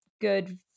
good